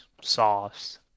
sauce